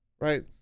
Right